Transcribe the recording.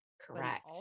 Correct